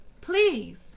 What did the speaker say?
please